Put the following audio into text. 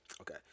Okay